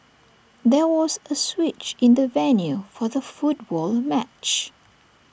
there was A switch in the venue for the football match